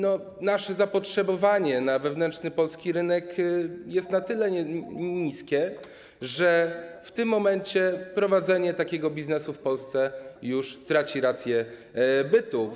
Nasze zapotrzebowanie na wewnętrzny, polski rynek jest na tyle niewielkie, że w tym momencie prowadzenie takiego biznesu w Polsce traci rację bytu.